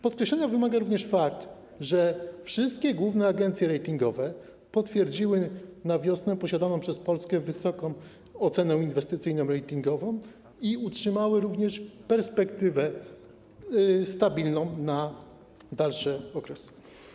Podkreślenia wymaga również fakt, że wszystkie główne agencje ratingowe potwierdziły na wiosnę posiadaną przez Polskę wysoką ocenę inwestycyjną ratingową i utrzymały również perspektywę stabilną na dalszy okres.